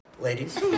ladies